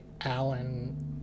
Alan